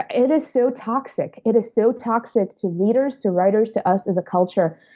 ah it is so toxic. it is so toxic to readers, to writers, to us as a culture.